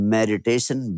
Meditation